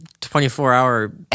24-hour